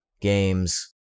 games